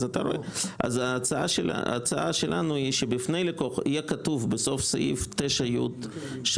אז ההצעה שלנו היא שיהיה כתוב בסוף סעיף 9י3: